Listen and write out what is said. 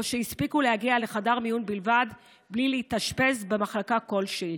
או שהספיקו להגיע לחדר מיון בלבד בלי להתאשפז במחלקה כלשהי.